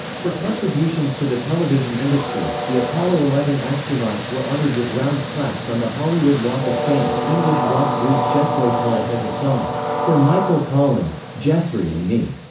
for contributions to the television industry, the apollo eleven astronauts were honored with round plaques on the hollywood walk of fame english rock group jethro tull has a song for michael collins, jeffrey and me,